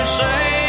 say